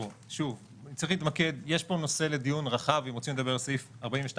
פה נושא לדיון רחב אם רוצים לדבר על סעיף 42ג,